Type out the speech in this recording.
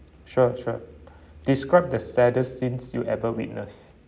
sure sure describe the saddest scenes you ever witness